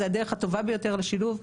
זו הדרך הטובה ביותר לשילוב.